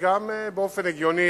וגם באופן הגיוני,